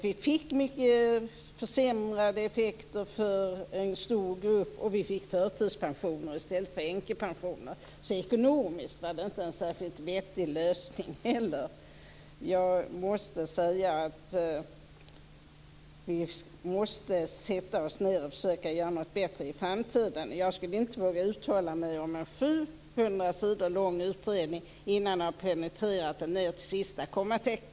Vi fick mycket försämrade effekter för en stor grupp, och vi fick förtidspensioner i stället för änkepensioner. Ekonomiskt var det inte en särskilt vettig lösning heller. Jag får lov att säga att vi måste sätta oss ned och försöka göra något bättre i framtiden. Jag skulle inte våga uttala mig om en 700 sidor lång utredning innan jag har penetrerat den ned till sista kommatecknet.